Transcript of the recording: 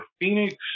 Phoenix